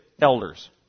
elders